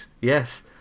Yes